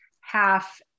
half